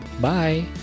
Bye